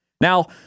Now